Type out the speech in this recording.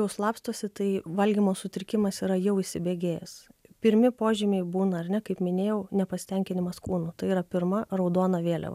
jau slapstosi tai valgymo sutrikimas yra jau įsibėgėjęs pirmi požymiai būna ar ne kaip minėjau nepasitenkinimas kūnu tai yra pirma raudona vėliava